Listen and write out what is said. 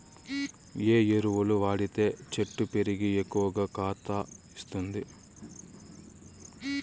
ఏ ఎరువులు వాడితే చెట్టు పెరిగి ఎక్కువగా కాత ఇస్తుంది?